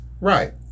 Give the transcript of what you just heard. Right